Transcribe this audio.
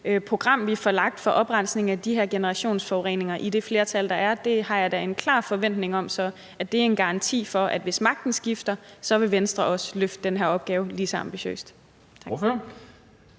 program, vi får lagt for oprensningen af de her generationsforureninger med det flertal, der er. Så jeg har da en klar forventning om, at hvis magten skifter, vil Venstre også løfte den her opgave lige så ambitiøst.